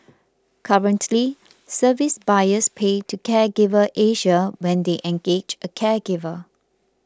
currently service buyers pay to Caregiver Asia when they engage a caregiver